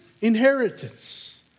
inheritance